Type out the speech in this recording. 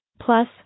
Plus